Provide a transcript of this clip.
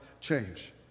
change